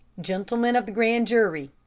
gentlemen of the grand jury,